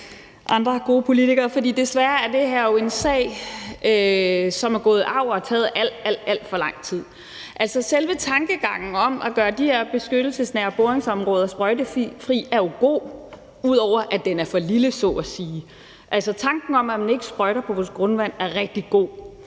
andre gode politikere. For desværre er det her jo en sag, som er gået i arv og har taget alt, alt for lang tid. Selve tankegangen om at gøre de her boringsnære beskyttelsesområder sprøjtefri er jo god, ud over at den er for lille så at sige. Tanken om, at man ikke sprøjter oven på vores grundvand, er rigtig god,